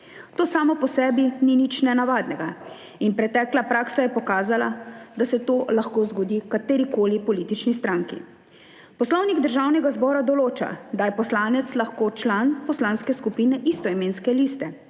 To samo po sebi ni nič nenavadnega in pretekla praksa je pokazala, da se to lahko zgodi katerikoli politični stranki. Poslovnik državnega zbora določa, da je poslanec lahko član poslanske skupine istoimenske liste,